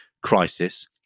crisis